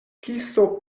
kiso